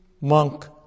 monk